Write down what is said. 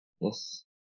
Yes